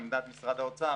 עמדת משרד האוצר,